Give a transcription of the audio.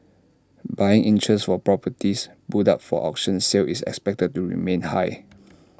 buying interest for properties put up for auction sale is expected to remain high